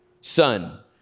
son